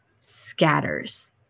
scatters